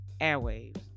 airwaves